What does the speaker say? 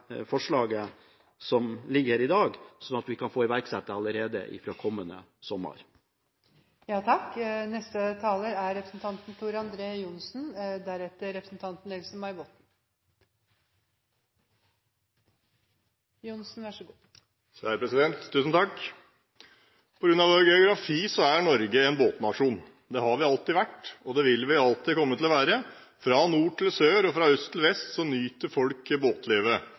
i dag, sånn at vi kan få iverksatt det allerede fra kommende sommer. På grunn av vår geografi er Norge en båtnasjon. Det har vi alltid vært, og det vil vi alltid komme til å være. Fra nord til sør og fra øst til vest nyter folk båtlivet.